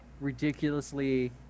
ridiculously